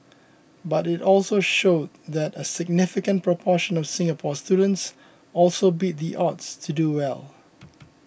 but it also showed that a significant proportion of Singapore students also beat the odds to do well